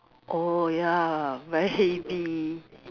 oh ya very heavy